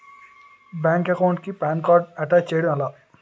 Bank account కి PAN card attach చేయడం ఎలా?